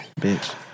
Bitch